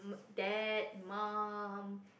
dad mum